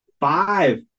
five